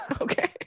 Okay